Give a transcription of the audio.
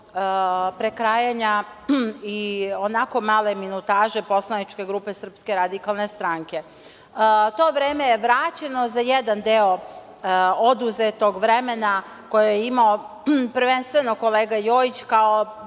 prekrajanja ionako male minutaže poslaničke grupe SRS. To vreme je vraćeno za jedan deo oduzetog vremena koje je imao prvenstveno kolega Jojić, kao